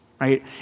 right